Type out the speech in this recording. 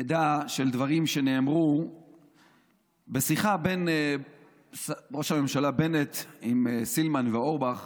מידע על דברים שנאמרו בשיחה של ראש הממשלה בנט עם סילמן ואורבך,